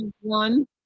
one